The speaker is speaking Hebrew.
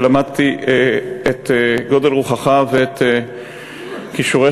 שלמדתי את גודל רוחך ואת כישוריך,